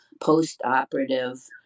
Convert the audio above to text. post-operative